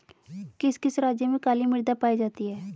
किस किस राज्य में काली मृदा पाई जाती है?